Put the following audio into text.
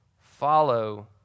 follow